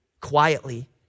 quietly